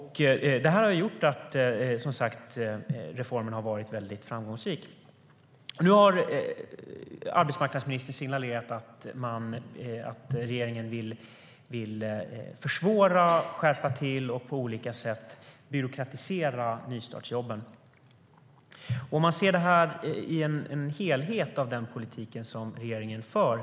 Detta har gjort att reformen varit väldigt framgångsrik. Nu har arbetsmarknadsministern signalerat att regeringen vill försvåra, skärpa till och på olika sätt byråkratisera nystartsjobben. Man kan se detta som en del i den helhet som regeringens politik utgör.